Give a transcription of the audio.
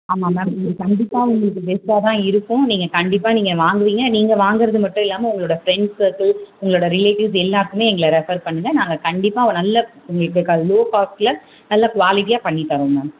ஆமாம் மேம் இது கண்டிப்பாக உங்களுக்கு பெஸ்ட்டாக தான் இருக்கும் நீங்கள் கண்டிப்பாக நீங்கள் வாங்குவீங்க நீங்கள் வாங்கிறது மட்டும் இல்லாமல் உங்களோடய ஃப்ரெண்ட்ஸ் சர்க்குள் உங்களோடய ரிலேடிவ்ஸ் எல்லாேருக்குமே எங்களை ரெஃபர் பண்ணுங்க நாங்கள் கண்டிப்பாக நல்ல உங்களுக்கு லோ காஸ்ட்டில் நல்ல க்வாலிட்டியாக பண்ணித்தரோம் மேம்